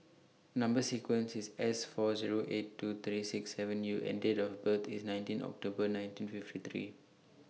Number sequence IS S four Zero eight two three six seven U and Date of birth IS nineteen October nineteen fifty three